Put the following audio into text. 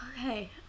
Okay